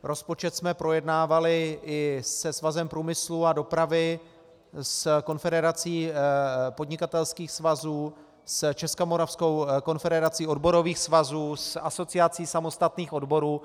Rozpočet jsme projednávali i se Svazem průmyslu a dopravy, s Konfederací podnikatelských svazů, s Českomoravskou konfederací odborových svazů, s Asociací samostatných odborů.